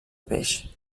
peix